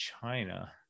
China